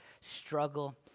struggle